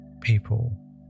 people